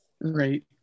right